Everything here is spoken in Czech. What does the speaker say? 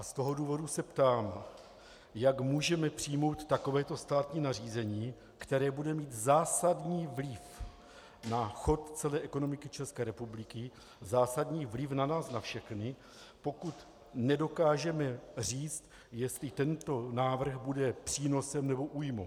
Z toho důvodu se ptám, jak můžeme přijmout takovéto státní nařízení, které bude mít zásadní vliv na chod celé ekonomiky České republiky, zásadní vliv na nás na všechny, pokud nedokážeme říct, jestli tento návrh bude přínosem nebo újmou.